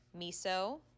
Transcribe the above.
Miso